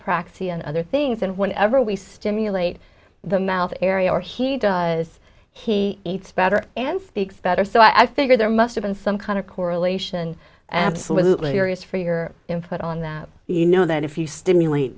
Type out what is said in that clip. proxy and other things and whenever we stimulate the mouth area or he does he eats better and better so i figure there must've been some kind of correlation absolutely areas for your input on that you know that if you stimulate